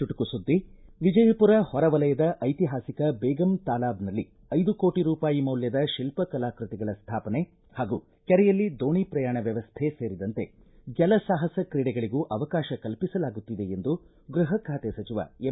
ಚುಟುಕು ಸುದ್ದಿ ವಿಜಯಪುರ ಹೊರವಲಯದ ಐತಿಹಾಸಿಕ ಬೇಗಂ ತಾಲಾಬ್ನಲ್ಲಿ ಐದು ಕೋಟ ರೂಪಾಯಿ ಮೌಲ್ಯದ ಶಿಲ್ಪ ಕಲಾಕೃತಿಗಳ ಸ್ಥಾಪನೆ ಹಾಗೂ ಕೆರೆಯಲ್ಲಿ ದೋಣಿ ಪ್ರಯಾಣ ವ್ಯವಸ್ಥೆ ಸೇರಿದಂತೆ ಜಲ ಸಾಹಸ ಕ್ರೀಡೆಗಳಿಗೂ ಅವಕಾಶ ಕಲ್ಪಿಸಲಾಗುತ್ತಿದೆ ಎಂದು ಗೃಹ ಖಾತೆ ಸಚಿವ ಎಂ